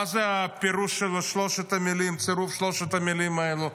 מה פירוש צירוף שלוש המילים האלו,